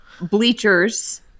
Bleachers